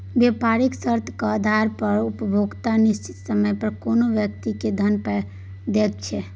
बेपारिक शर्तेक आधार पर उपभोक्ता निश्चित समय पर कोनो व्यक्ति केँ धन दैत छै